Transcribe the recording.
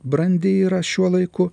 brandi yra šiuo laiku